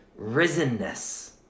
risenness